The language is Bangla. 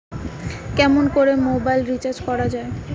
কেমন করে মোবাইল রিচার্জ করা য়ায়?